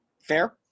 Fair